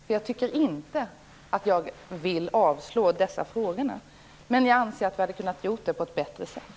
Jag tycker inte att jag vill avslå i dessa frågor, men jag anser att vi hade kunnat göra det här på ett bättre sätt.